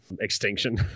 extinction